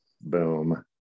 Boom